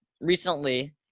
recently